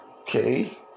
okay